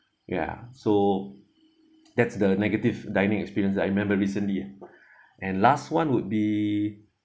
ya so that's the negative dining experiences I remember recently ah and last one would be